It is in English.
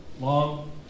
long